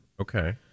Okay